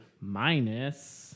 minus